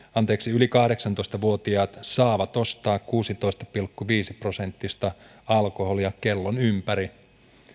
yli kahdeksantoista vuotiaat saavat ostaa kuusitoista pilkku viisi prosenttista alkoholia kellon ympäri